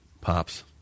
Pops